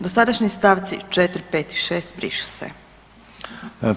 Dosadašnji stavci 4., 5. i 6. brišu se.